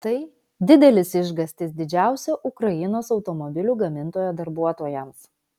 tai didelis išgąstis didžiausio ukrainos automobilių gamintojo darbuotojams